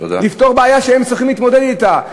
לפתור בעיה שהיא צריכה להתמודד אתה.